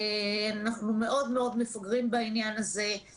לא כולם צריכים עכשיו דווקא את הליווי הרגשי